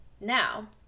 Now